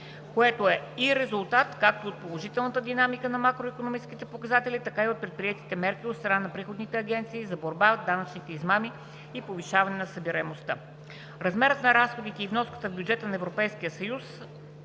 което е в резултат както от положителната динамика на макроикономическите показатели, така и от предприетите мерки от страна на приходните агенции за борба с данъчните измами и повишаване на събираемостта. Размерът на разходите и вноската в бюджета на Европейския съюз